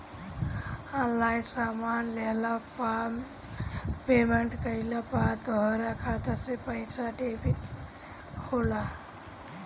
online सामान लेहला पअ पेमेंट कइला पअ तोहरी खाता से पईसा डेबिट होला